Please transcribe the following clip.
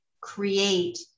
create